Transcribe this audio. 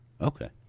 okay